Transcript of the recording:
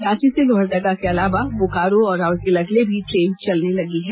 रांची से लोहरदगा के अलावा बोकारो और राउरकेला के लिए भी ट्रेन चलने लगी है